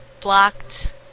blocked